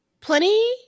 Plenty